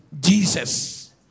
Jesus